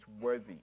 worthy